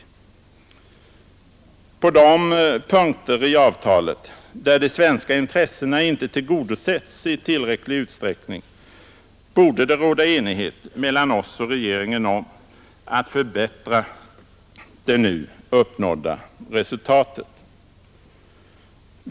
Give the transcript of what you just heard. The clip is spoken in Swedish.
På de punkter i avtalet där de svenska intressena inte tillgodosetts i tillräcklig utsträckning borde det råda enighet mellan oss och regeringen om att förbättra det nu uppnådda resultatet.